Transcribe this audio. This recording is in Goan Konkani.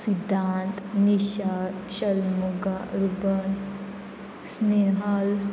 सिद्दांत निशा शल्मुगा रुबन स्नेहल